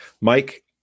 Mike